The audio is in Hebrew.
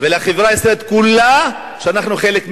ולחברה הישראלית כולה, שאנחנו חלק ממנה.